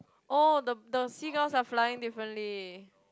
oh the the seagulls are flying differently